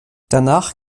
danach